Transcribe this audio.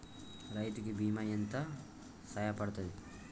రైతు కి బీమా ఎంత సాయపడ్తది?